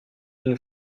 une